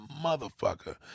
motherfucker